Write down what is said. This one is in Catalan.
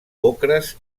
ocres